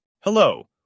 Hello